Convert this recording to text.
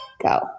go